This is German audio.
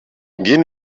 gehen